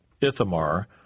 Ithamar